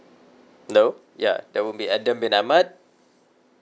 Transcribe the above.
no ya that will be adam bin ahmad